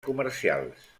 comercials